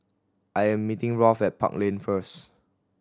I am meeting Rolf at Park Lane first